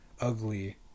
ugly